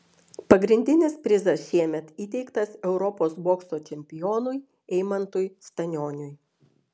pagrindinis prizas šiemet įteiktas europos bokso čempionui eimantui stanioniui